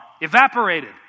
Evaporated